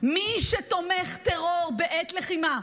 מי שתומך טרור בעת לחימה,